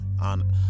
on